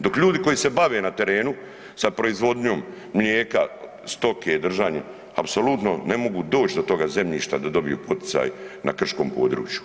Dok ljudi koji se bave na terenu sa proizvodnjom mlijeka, stoke držanjem, apsolutno ne mogu doći do toga zemljišta da dobiju potican na krškom području.